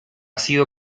sido